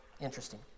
Interesting